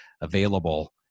available